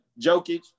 Jokic